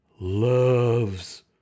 loves